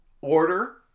order